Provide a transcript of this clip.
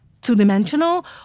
two-dimensional